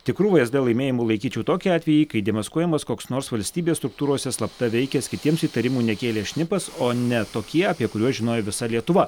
tikru vsd laimėjimu laikyčiau tokį atvejį kai demaskuojamas koks nors valstybės struktūrose slapta veikęs kitiems įtarimų nekėlė šnipas o ne tokie apie kuriuos žinojo visa lietuva